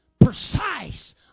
precise